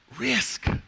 Risk